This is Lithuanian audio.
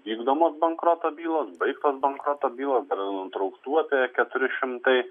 vykdomos bankroto bylos baiktos bankroto bylos yra nutrauktų apie keturi šimtai